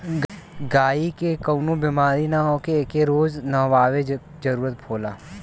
गायी के कवनो बेमारी ना होखे एके रोज नहवावे जरुरत होला